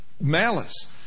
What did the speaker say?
malice